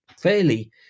fairly